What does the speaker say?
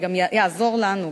זה גם יעזור לנו,